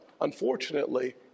Unfortunately